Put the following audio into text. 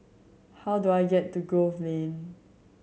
how do I get to Grove Lane